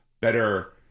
better